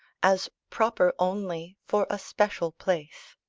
as proper only for a special place.